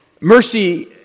mercy